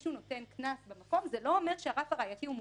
שכשמישהו נותן קנס במקום זה לא אומר שהרף הראייתי מופחת.